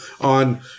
on